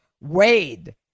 wade